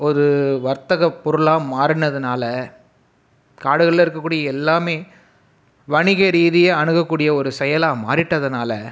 ஒரு வர்த்தக பொருளாக மாறினதுனால காடுகளில் இருக்கக்கூடிய எல்லாமே வணிக ரீதியாக அணுகக்கூடிய ஒரு செயலாக மாறிட்டதனால்